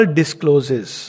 discloses